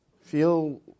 feel